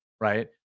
right